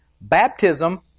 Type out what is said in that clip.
Baptism